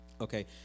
okay